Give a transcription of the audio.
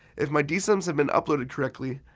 if my dsyms have been uploaded correctly,